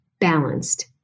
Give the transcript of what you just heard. balanced